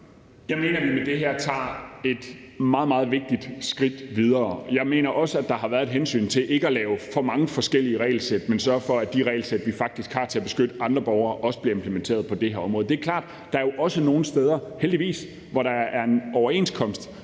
Jeg mener, at vi med det her tager et meget, meget vigtigt skridt videre. Jeg mener også, at der har været et hensyn til ikke at lave for mange forskellige regelsæt, men at sørge for, at de regelsæt, vi faktisk har til at beskytte andre borgere, også bliver implementeret på det her område. Det er klart, at der jo også er nogle steder, heldigvis, hvor der er en overenskomst,